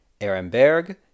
Eremberg